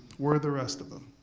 where are the rest of them?